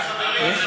חברים.